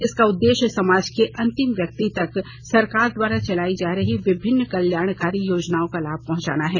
इसका उद्देश्य समाज के अंतिम व्यक्ति तक सरकार द्वारा चलाई जा रही विभिन्न कल्याणकारी योजनाओं का लाभ पहुंचाना है